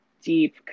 deep